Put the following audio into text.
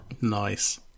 Nice